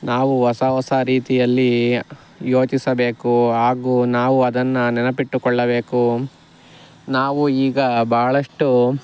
ನಾವು ಹೊಸ ಹೊಸ ರೀತಿಯಲ್ಲಿ ಯೋಚಿಸಬೇಕು ಹಾಗೂ ನಾವು ಅದನ್ನು ನೆನಪಿಟ್ಟುಕೊಳ್ಳಬೇಕು ನಾವು ಈಗ ಭಾಳಷ್ಟು